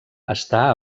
està